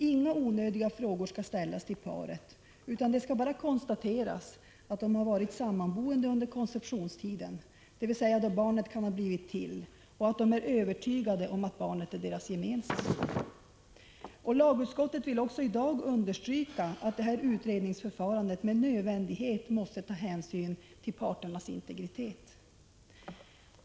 Inga onödiga frågor skall ställas till paret, utan det skall bara konstateras att de varit sammanboende under konceptionstiden, dvs. då barnet kan ha blivit till, och att de är övertygade om att barnet är deras gemensamma. Lagutskottet vill också i dag understryka att detta utredningsförfarande med nödvändighet måste ta hänsyn till parternas integritet.